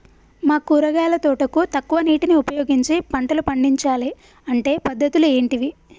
మా కూరగాయల తోటకు తక్కువ నీటిని ఉపయోగించి పంటలు పండించాలే అంటే పద్ధతులు ఏంటివి?